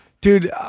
Dude